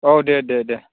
अ दे दे दे